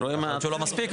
יכול להיות שהוא לא מספיק,